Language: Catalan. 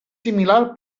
similar